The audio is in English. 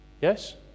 yes